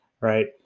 Right